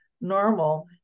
normal